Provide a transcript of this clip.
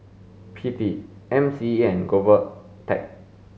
P T M C E and GOVTECH